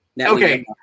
Okay